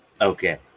okay